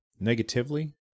negatively